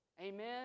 Amen